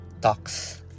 talks